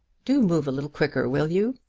do move a little quicker will you?